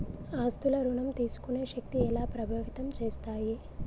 ఆస్తుల ఋణం తీసుకునే శక్తి ఎలా ప్రభావితం చేస్తాయి?